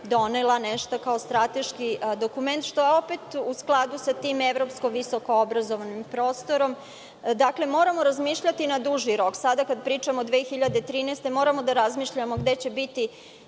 donela nešto kao strateški dokument, što je opet u skladu sa tim evropsko visokoobrazovnim prostorom. Moramo razmišljati na duži rok. Sada kada pričamo 2013. godine moramo da razmišljamo gde će biti